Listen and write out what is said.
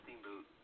Steamboat